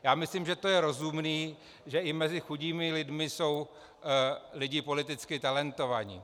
Já myslím, že to je rozumné, že i mezi chudými lidmi jsou lidé politicky talentovaní.